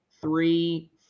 three